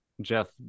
jeff